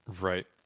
Right